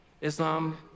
Islam